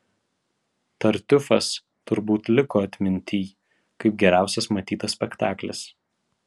tartiufas turbūt liko atmintyj kaip geriausias matytas spektaklis